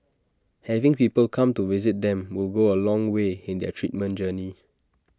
having people come to visit them will go A long way in their treatment journey